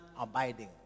abiding